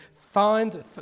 find